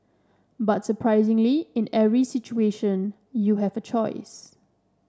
but surprisingly in every situation you have a choice